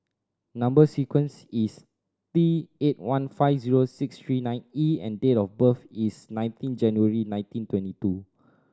number sequence is T eight one five zero six three nine E and date of birth is nineteen January nineteen twenty two